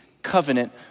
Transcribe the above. covenant